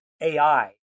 AI